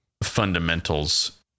Fundamentals